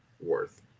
worth